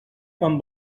quan